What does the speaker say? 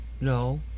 no